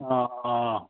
ꯑꯥ ꯑꯥ